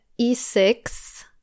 E6